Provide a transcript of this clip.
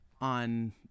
on